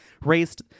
raised